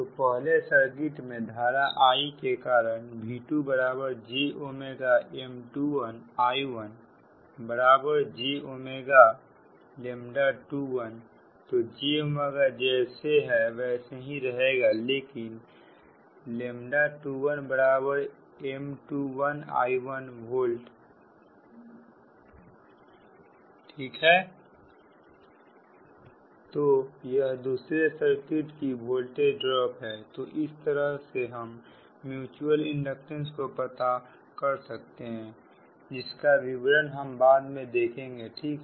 तब पहले सर्किट में धारा I के कारण V2jM21I1j21 तो jजैसा है वैसा ही रहेगा लेकिन 21M21I1 वोल्ट ठीक है तो या दूसरे सर्किट की वोल्टेज ड्रॉप है तो इस तरह से हम म्युचुअल इंडक्टेंस को पता कर सकते हैं जिसका विवरण हम बाद में देखेंगे ठीक है